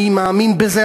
אני מאמין בזה,